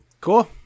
Cool